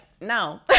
no